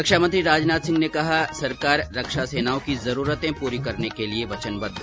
रक्षा मंत्री राजनाथ सिंह ने कहा कि सरकार रक्षा सेनाओं की जरूरते पूरी करने के लिये वचनबद्व